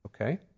okay